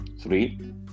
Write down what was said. Three